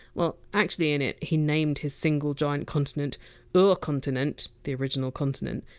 well, actually, in it he named his single giant continent urkontinent! the original continent,